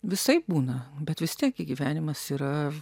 visaip būna bet vis tiek gi gyvenimas yra